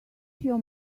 your